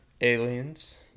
Aliens